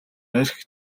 архи